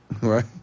right